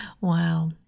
wow